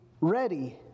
ready